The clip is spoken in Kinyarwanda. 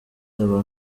aba